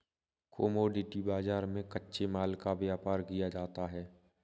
commodity बाजार में कच्चे माल का व्यापार किया जाता है